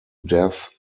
death